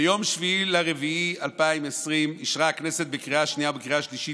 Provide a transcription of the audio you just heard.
ביום 7 באפריל 2020 אישרה הכנסת בקריאה השנייה ובקריאה השלישית